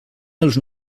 els